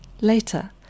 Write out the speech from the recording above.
Later